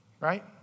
right